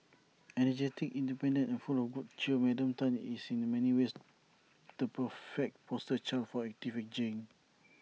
energetic independent and full of good cheer Madam Tan is in many ways the perfect poster child for active ageing